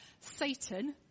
Satan